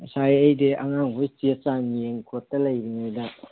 ꯉꯁꯥꯏ ꯑꯩꯗꯤ ꯑꯉꯥꯡꯒꯣꯏ ꯆꯦ ꯆꯥꯡ ꯌꯦꯡ ꯈꯣꯠꯇ ꯂꯩꯔꯤꯉꯩꯗ